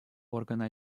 органа